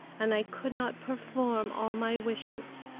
and i could not perform all my wishes.